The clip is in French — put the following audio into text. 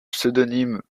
pseudonyme